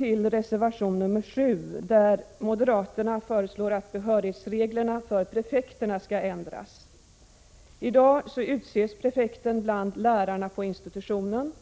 I reservation 7 föreslår moderaterna att behörighetsreglerna för prefekterna skall ändras. I dag utses prefekten bland lärarna på institutionen.